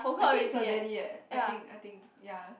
I think is Cedele eh I think I think ya